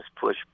push